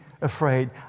afraid